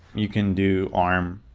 you can do arm,